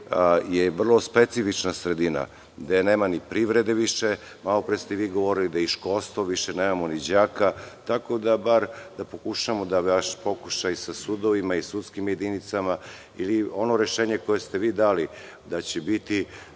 vrlo specifična sredina, gde nema ni privrede više. Malopre ste vi govorili da ni školstvo više nemamo, ni đaka, tako da bar pokušamo sa sudovima i sudskim jedinicama. Ili ono rešenje koje ste vi, dali da će biti